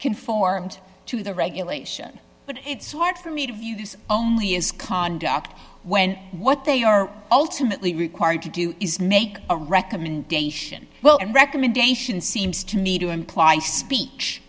conformed to the regulation but it's hard for me to view this only as conduct when what they are ultimately required to do is make a recommendation well and recommendation seems to me to imply speech